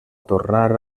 tornar